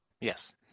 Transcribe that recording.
Yes